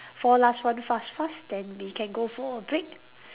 four last one fast fast then we can go for a break